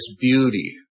beauty